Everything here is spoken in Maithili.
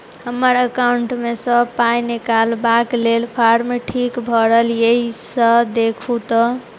हम्मर एकाउंट मे सऽ पाई निकालबाक लेल फार्म ठीक भरल येई सँ देखू तऽ?